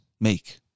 make